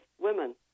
women